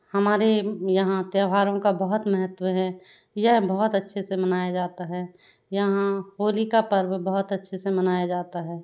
हमारे यहाँ त्यौहारों का बहुत महत्व है यह बहुत अच्छे से मनाया जाता है यहाँ होली का पर्व बहुत अच्छे से मनाया जाता है